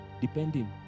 depending